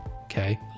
okay